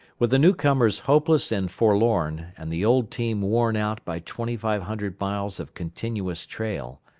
with the newcomers hopeless and forlorn, and the old team worn out by twenty-five hundred miles of continuous trail,